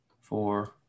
four